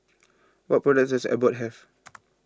what products does Abbott have